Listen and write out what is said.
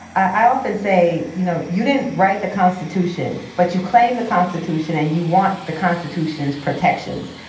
i often say, you know, you didn't write the constitution. but you claim the constitution and you want the constitution's protections.